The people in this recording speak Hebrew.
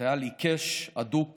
חייל עיקש, אדוק